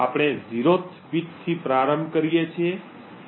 આપણે ઝીરો બીટથી પ્રારંભ કરીએ છીએ